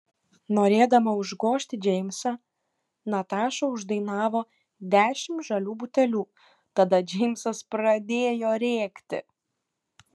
norėdama užgožti džeimsą nataša uždainavo dešimt žalių butelių tada džeimsas pradėjo rėkti